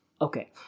Okay